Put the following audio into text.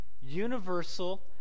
universal